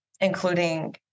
including